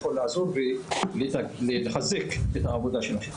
יכול לעזור ולחזק את העבודה של השוטרים.